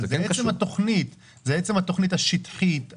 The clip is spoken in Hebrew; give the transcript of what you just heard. זה עצם התוכנית השטחית,